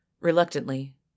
Reluctantly